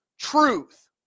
truth